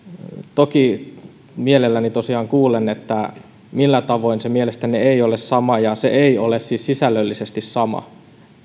toki mielelläni tosiaan kuulen millä tavoin se mielestänne ei ole sama siis sisällöllisesti sama